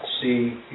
see